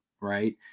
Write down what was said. right